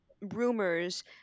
rumors